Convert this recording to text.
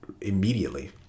immediately